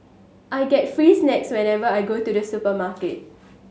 I get free snacks whenever I go to the supermarket